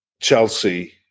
Chelsea